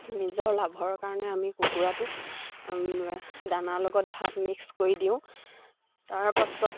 নিজৰ লাভৰ কাৰণে আমি কুকুৰাটোক দানাৰ লগত ভাত মিক্স কৰি দিওঁ তাৰপাছত